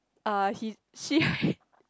uh he she